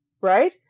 right